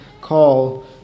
call